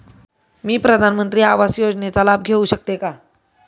मी प्रधानमंत्री आवास योजनेचा लाभ घेऊ शकते का?